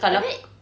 is it